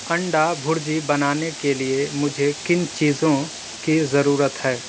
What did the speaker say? انڈا بُھرجی بنانے کے لیے مجھے کِن چیزوں کی ضرورت ہے